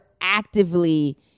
actively